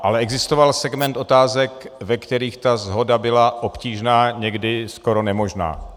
Ale existoval segment otázek, ve kterých ta shoda byla obtížná, někdy skoro nemožná.